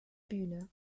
bühne